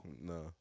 No